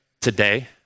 today